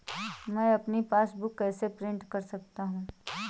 मैं अपनी पासबुक कैसे प्रिंट कर सकता हूँ?